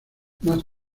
más